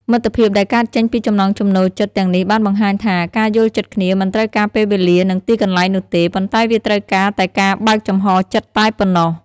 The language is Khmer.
មិត្តភាពដែលកកើតចេញពីចំណង់ចំណូលចិត្តទាំងនេះបានបង្ហាញថា ការយល់ចិត្តគ្នាមិនត្រូវការពេលវេលានិងទីកន្លែងនោះទេ ប៉ុន្តែវាត្រូវការតែការបើកចំហរចិត្តតែប៉ុណ្ណោះ។